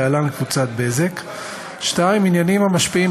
להלן: קבוצת "בזק"; 2. עניינים המשפיעים